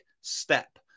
step